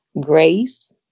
grace